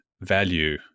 value